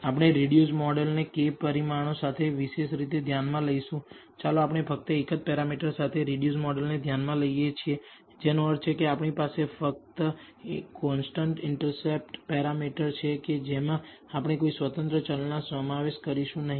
આપણે રિડ્યુસડ મોડલને k પરિમાણો સાથે વિશેષ રીતે ધ્યાનમાં લઈશું ચાલો આપણે ફક્ત એક જ પેરામીટર સાથેના રિડ્યુસડ મોડલને ધ્યાનમાં લઈએ જેનો અર્થ છે કે આપણી પાસે ફક્ત કોન્સ્ટન્ટ ઈન્ટરસેપ્ટ પેરામીટર છે જેમાં આપણે કોઈપણ સ્વતંત્ર ચલનો સમાવેશ કરીશું નહીં